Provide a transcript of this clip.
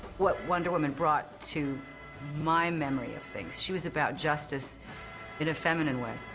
what wonder woman brought to my memory of things, she was about justice in a feminine way,